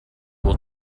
will